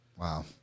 Wow